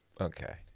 Okay